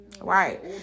right